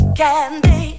candy